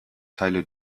teile